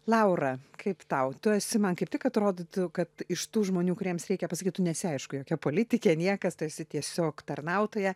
laura kaip tau tu esi man kaip tik atrodytų kad iš tų žmonių kuriems reikia pasakyt tu nesi aišku jokia politikė niekas tu esi tiesiog tarnautoja